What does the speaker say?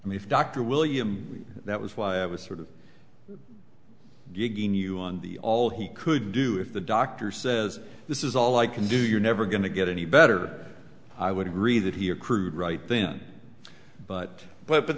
better and if dr william that was why i was sort of diggin you on the all he could do if the doctor says this is all i can do you're never going to get any better i would agree that he accrued right then but but but